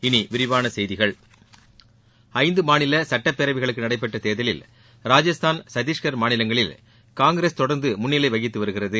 இனி விரிவான செய்திகள் மாநில சட்டப்பேரவைகளுக்கு நடைபெற்ற தேர்தலில் ராஜஸ்தான் சத்தீஸ்கர் மாநிலங்களில் ஐந்து காங்கிரஸ் தொடர்ந்து முன்னிலை வகித்து வருகிறது